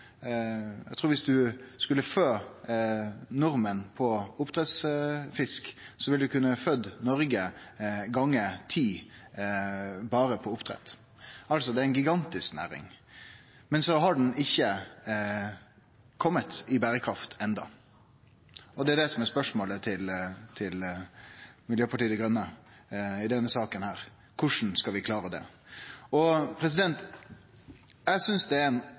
Eg trur at viss ein skulle fø nordmenn berre på oppdrettsfisk, ville ein kunne fø Noreg gonger ti – det er altså ei gigantisk næring. Men ho har ikkje kome i berekraft enno, og det er det som er spørsmålet til Miljøpartiet Dei Grøne i denne saka: Korleis skal vi klare det? Eg synest det er ein